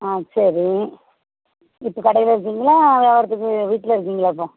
ஆ சரி இப்போ கடையில் இருக்கீங்களா வியாவாரத்துக்கு வீட்டில் இருக்கீங்களா இப்போது